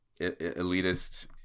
elitist